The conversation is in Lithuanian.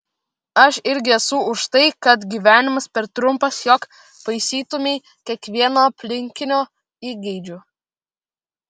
aš irgi esu už tai kad gyvenimas per trumpas jog paisytumei kiekvieno aplinkinio įgeidžių